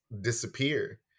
disappear